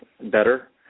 better